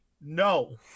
no